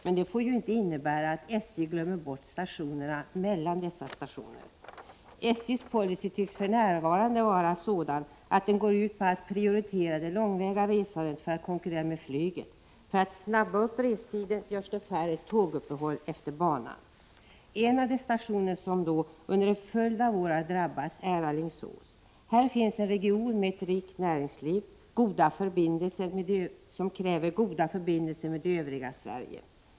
Men detta får inte innebära att SJ glömmer bort stationerna mellan Göteborg och Helsingfors. SJ:s policy tycks för närvarande gå ut på att prioritera det långväga resandet i syfte att konkurrera med flyget. För att förkorta restiden görs det färre tåguppehåll utefter banan. En av de stationer som under en följd av år har drabbats är Alingsås. Här finns en region med ett rikt näringsliv som kräver goda förbindelser med övriga Sverige.